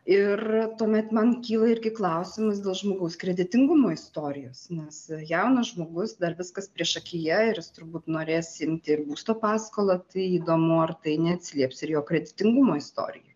ir tuomet man kyla irgi klausimus dėl žmogaus kreditingumo istorijos nes jaunas žmogus dar viskas priešakyje ir turbūt norės imti ir būsto paskolą tai įdomu ar tai neatsilieps ir jo kreditingumo istorijoj